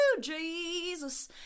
Jesus